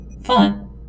fun